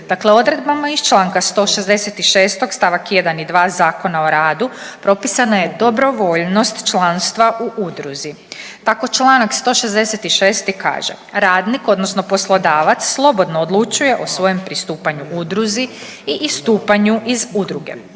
Dakle odredbama iz čl. 166. st. 1. i 2. Zakona o radu propisana je dobrovoljnost članstva u udruzi. Tako čl. 166. kaže, radnik odnosno poslodavac slobodno odlučuje o svojem pristupanju udruzi i istupanju iz udruge.